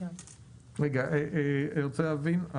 אני רוצה להבין.